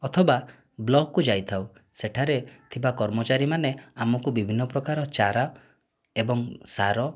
ଅଥବା ବ୍ଲକକୁ ଯାଇଥାଉ ସେଠାରେ ଥିବା କର୍ମଚାରୀ ମାନେ ଆମକୁ ବିଭିନ୍ନ ପ୍ରକାର ଚାରା ଏବଂ ସାର